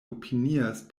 opinias